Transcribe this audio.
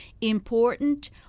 important